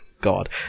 god